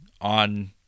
on